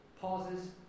pauses